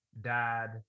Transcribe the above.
dad